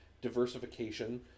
diversification